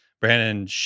Brandon